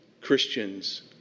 Christians